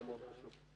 הישיבה ננעלה בשעה